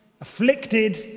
afflicted